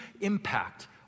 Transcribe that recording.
impact